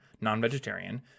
non-vegetarian